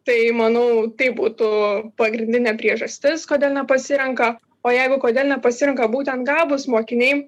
tai manau tai būtų pagrindinė priežastis kodėl nepasirenka o jeigu kodėl nepasirenka būtent gabūs mokiniai